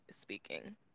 speaking